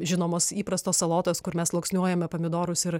žinomos įprastos salotos kur mes sluoksniuojame pomidorus ir